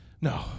No